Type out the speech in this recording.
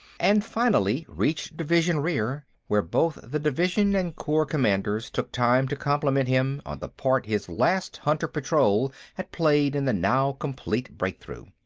and finally reached division rear, where both the division and corps commanders took time to compliment him on the part his last hunter patrol had played in the now complete breakthrough.